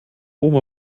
oma